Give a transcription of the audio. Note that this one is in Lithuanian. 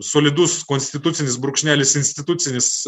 solidus konstitucinis brūkšnelis institucinis